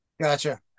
gotcha